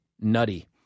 nutty